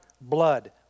blood